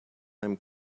einem